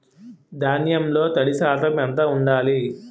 ధాన్యంలో తడి శాతం ఎంత ఉండాలి?